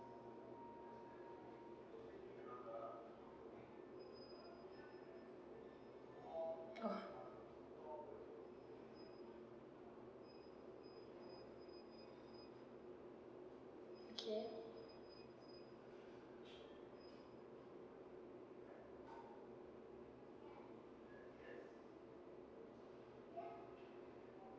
oh okay